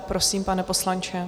Prosím, pane poslanče.